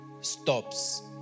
stops